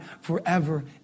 forever